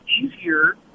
easier